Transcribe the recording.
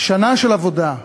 שנה של עבודה.